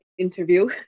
interview